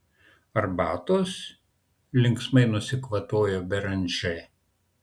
arbatos linksmai nusikvatojo beranžė